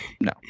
No